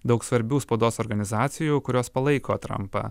daug svarbių spaudos organizacijų kurios palaiko trampą